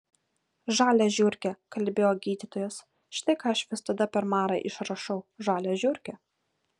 žalią žiurkę kalbėjo gydytojas štai ką aš visada per marą išrašau žalią žiurkę